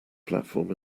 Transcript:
platform